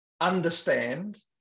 understand